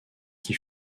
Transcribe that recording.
qui